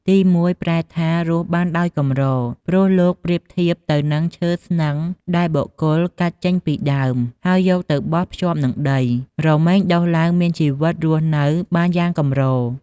ទីមួយប្រែថារស់បានដោយកម្រ ព្រោះលោកប្រៀបធៀបទៅនឹងឈើស្នឹងដែលបុគ្គលកាត់ចេញពីដើមហើយយកទៅបោះភ្ជាប់នឹងដី រមែងដុះឡើងមានជីវិតរស់នៅបានយ៉ាងកម្រ។